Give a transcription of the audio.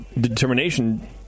determination